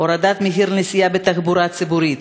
הורדת מחיר הנסיעה בתחבורה ציבורית,